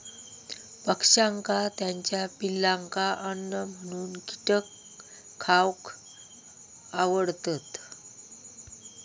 पक्ष्यांका त्याच्या पिलांका अन्न म्हणून कीटक खावक आवडतत